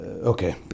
Okay